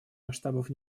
масштабов